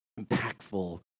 impactful